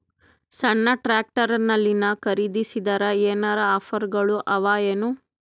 ಸಣ್ಣ ಟ್ರ್ಯಾಕ್ಟರ್ನಲ್ಲಿನ ಖರದಿಸಿದರ ಏನರ ಆಫರ್ ಗಳು ಅವಾಯೇನು?